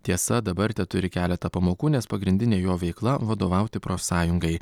tiesa dabar teturi keletą pamokų nes pagrindinė jo veikla vadovauti profsąjungai